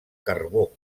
carbó